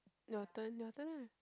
your turn your turn ah